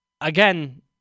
again